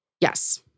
Yes